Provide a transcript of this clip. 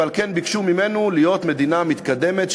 ועל כן הם ביקשו מאתנו להיות מדינה מתקדמת,